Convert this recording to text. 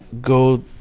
go